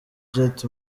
jet